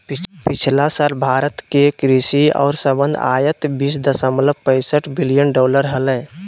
पिछला साल भारत के कृषि और संबद्ध आयात बीस दशमलव पैसठ बिलियन डॉलर हलय